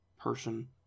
person